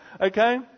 Okay